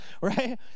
right